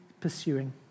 pursuing